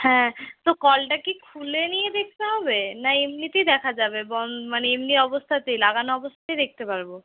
হ্যাঁ তো কলটা কি খুলে নিয়ে দেখতে হবে না এমনিতেই দেখা যাবে বন মানে এমনি অবস্থাতেই লাগানো অবস্থাতেই দেখতে পারবো